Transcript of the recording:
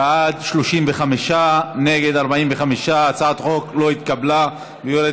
בעד, 35, נגד, 45. הצעת החוק לא התקבלה והיא יורדת